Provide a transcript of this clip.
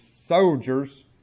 soldiers